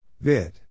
Vid